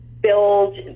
build